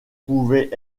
pouvaient